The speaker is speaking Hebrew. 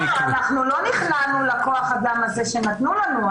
לא, אנחנו לא נכנענו לכוח האדם הזה שנתנו לנו.